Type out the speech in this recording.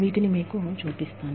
వీటిని మీకు చూపిస్తాను